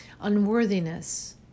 unworthiness